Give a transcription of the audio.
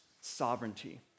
sovereignty